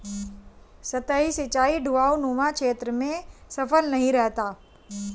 सतही सिंचाई ढवाऊनुमा क्षेत्र में सफल नहीं रहता है